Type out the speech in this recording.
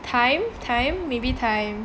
time time maybe time